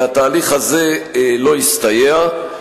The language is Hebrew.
והתהליך הזה לא הסתייע.